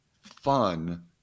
fun